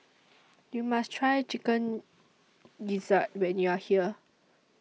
YOU must Try Chicken Gizzard when YOU Are here